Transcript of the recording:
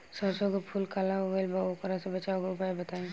सरसों के फूल काला हो गएल बा वोकरा से बचाव के उपाय बताई?